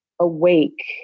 awake